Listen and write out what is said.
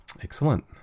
Excellent